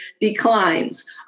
declines